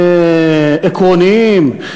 עקרוניים,